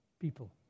people